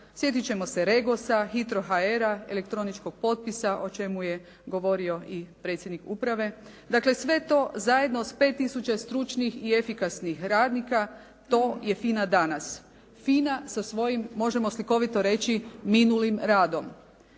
sjetit ćemo se REGOS-a, HITRO.HR-a, elektroničkog potpisa o čemu je govorio i predsjednik uprave, dakle sve to zajedno s 5 tisuća stručnih i efikasnih radnika to je FINA danas. FINA sa svojim možemo slikovito reći minulim radom.